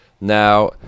Now